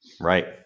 Right